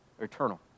eternal